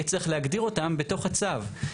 יהיה צריך להגדיר אותם בתוך הצו.